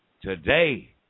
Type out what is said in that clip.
today